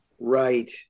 Right